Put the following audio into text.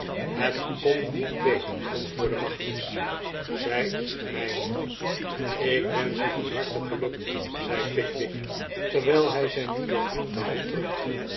het kon niet beter antwoordde magnus zij is de mijne ik wensch u van harte geluk zei pickwick terwijl hij zijn nieuwen vriend de hand